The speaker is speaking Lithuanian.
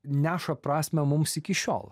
neša prasmę mums iki šiol